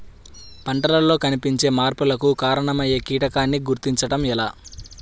పంటలలో కనిపించే మార్పులకు కారణమయ్యే కీటకాన్ని గుర్తుంచటం ఎలా?